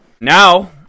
Now